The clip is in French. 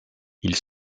ils